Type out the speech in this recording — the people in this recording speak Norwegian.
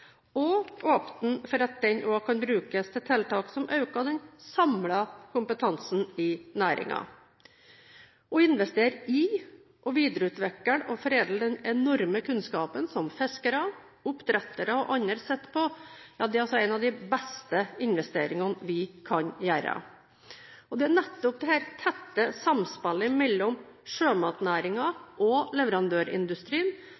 til tiltak som øker den samlede kompetansen i næringen. Å investere i og videreutvikle og foredle den enorme kunnskapen som fiskere, oppdrettere og andre sitter på, er en av de beste investeringene vi kan gjøre. Det er nettopp det tette samspillet mellom